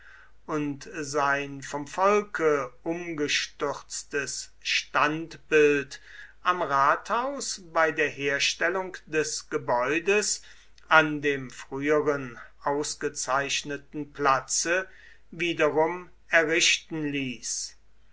und sein vom volke umgestürztes standbild am rathaus bei der herstellung des gebäudes an dem früheren ausgezeichneten platze wiederum errichten ließ